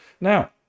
now